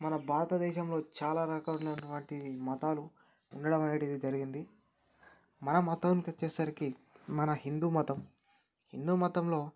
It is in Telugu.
మన భారతదేశంలో చాలా రకాలైనటువంటి మతాలు ఉండడం అనేటిది జరిగింది మన మతానికోచ్చేసరికి మన హిందూ మతం హిందూ మతంలో